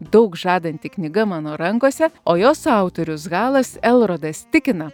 daug žadanti knyga mano rankose o jos autorius halas elrodas tikina